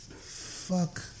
Fuck